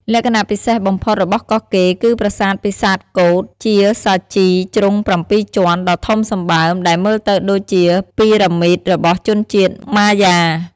លក្ខណៈពិសេសបំផុតរបស់កោះកេរគឺប្រាសាទពិសាទកូដ ជាសាជីជ្រុងប្រាំពីរជាន់ដ៏ធំសម្បើម ដែលមើលទៅដូចជាពីរ៉ាមីតរបស់ជនជាតិម៉ាយ៉ា។